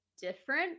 different